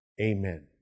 amen